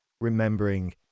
remembering